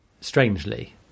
strangely